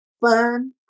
fun